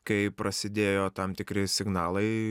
kai prasidėjo tam tikri signalai